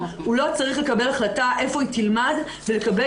הוא לא צריך לקבל החלטה איפה היא תלמד ולקבל